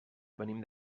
venim